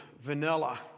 vanilla